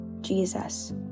Jesus